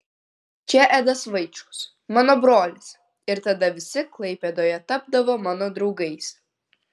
čia edas vaičkus mano brolis ir tada visi klaipėdoje tapdavo mano draugais